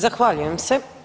Zahvaljujem se.